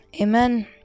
amen